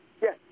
Yes